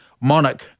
monarch